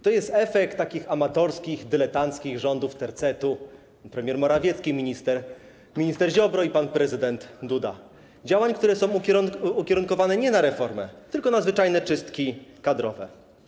To jest efekt takich amatorskich, dyletanckich rządów tercetu: premier Morawiecki, minister Ziobro i pan prezydent Duda, działań, które są ukierunkowane nie na reformę, tylko na zwyczajne czystki kadrowe.